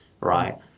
right